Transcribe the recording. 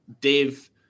Dave